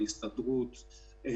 ההסתדרות,